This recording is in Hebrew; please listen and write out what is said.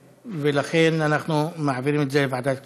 ולכן אנחנו מעבירים את זה לוועדת הכספים.